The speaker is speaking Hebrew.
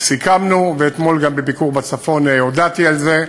סיכמנו, ואתמול בביקור בצפון הודעתי על זה,